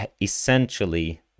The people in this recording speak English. essentially